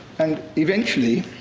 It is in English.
and eventually,